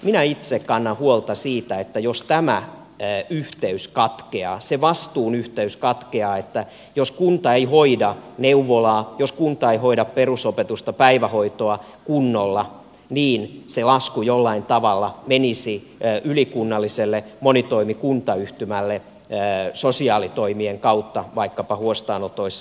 minä itse kannan huolta siitä että jos tämä yhteys katkeaa se vastuun yhteys katkeaa jos kunta ei hoida neuvolaa jos kunta ei hoida perusopetusta päivähoitoa kunnolla niin se lasku jollain tavalla menisi ylikunnalliselle monitoimikuntayhtymälle sosiaalitoimien kautta vaikkapa huostaanotoissa